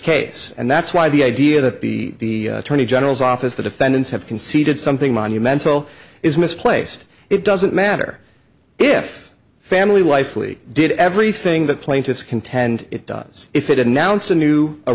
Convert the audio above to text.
case and that's why the idea that the attorney general's office the defendants have conceded something monumental is misplaced it doesn't matter if family life lee did everything that plaintiffs contend it does if it announced a new a